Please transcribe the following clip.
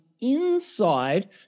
inside